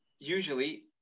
usually